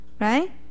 Right